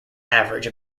average